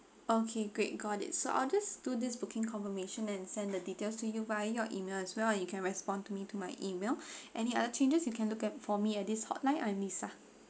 okay great got it so I'll just do this booking confirmation and send the details to you via your email as well you can respond to me to my email any other changes you can look at for me at this hotline I'm lisa